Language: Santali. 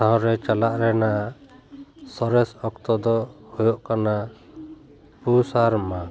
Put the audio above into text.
ᱴᱷᱟᱶ ᱨᱮ ᱪᱟᱞᱟᱜ ᱨᱮᱱᱟᱜ ᱥᱚᱨᱮᱥ ᱚᱠᱛᱚ ᱫᱚ ᱦᱩᱭᱩᱜ ᱠᱟᱱᱟ ᱯᱩᱥ ᱟᱨ ᱢᱟᱜᱷ